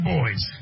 Boys